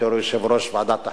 בתור יושב-ראש ועדת החינוך,